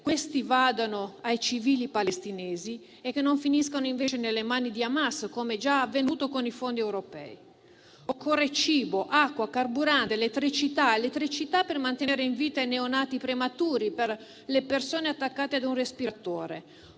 questi vadano ai civili palestinesi e non finiscano invece nelle mani di Hamas, come già avvenuto con i fondi europei. Occorrono cibo, acqua, carburante, elettricità anche per mantenere in vita i neonati prematuri e per le persone attaccate ad un respiratore.